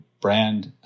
brand